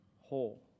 whole